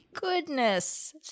Goodness